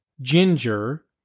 ginger